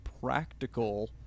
practical